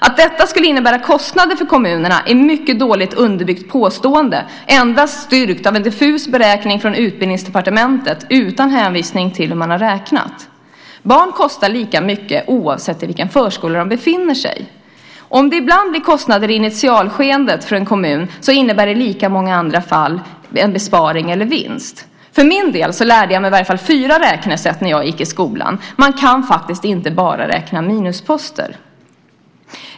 Att det skulle innebära kostnader för kommunerna är ett mycket dåligt underbyggt påstående, endast styrkt av en diffus beräkning från Utbildningsdepartementet utan hänvisning till hur man har räknat. Barn kostar lika mycket oavsett vilken förskola de befinner sig i. Om det ibland blir kostnader i initialskedet för en kommun innebär det i lika många fall en besparing eller vinst. Jag lärde mig fyra räknesätt när jag gick i skolan. Man kan inte bara räkna minusposter.